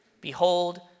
behold